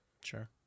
Sure